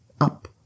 up